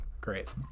great